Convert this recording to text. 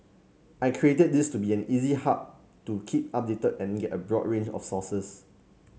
I created this to be an easy hub to keep updated and get a broad range of sources